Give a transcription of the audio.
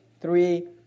three